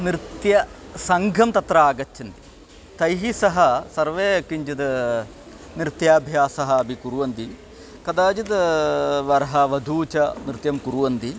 नृत्यसङ्घः तत्र आगच्छन्ति तैः सह सर्वे किञ्चिद् नृत्याभ्यासः अपि कुर्वन्ति कदाचित् वरः वधू च नृत्यं कुर्वन्ति